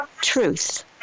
truth